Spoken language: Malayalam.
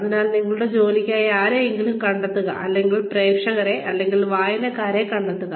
അതിനാൽ നിങ്ങളുടെ ജോലിക്കായി ആരെയെങ്കിലും കണ്ടെത്തുക അല്ലെങ്കിൽ പ്രേക്ഷകരെ അല്ലെങ്കിൽ വായനക്കാരെ കണ്ടെത്തുക